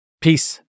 peace